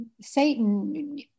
Satan